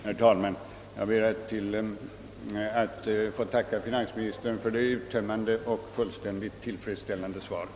Herr talman! Jag ber att få tacka finansministern för det uttömmande och helt tillfredsställande svaret.